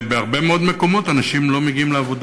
בהרבה מאוד מקומות אנשים לא מגיעים לעבודה,